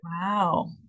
Wow